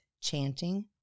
chanting